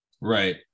Right